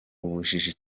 ubujiji